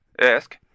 ask